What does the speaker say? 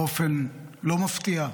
באופן לא מפתיע,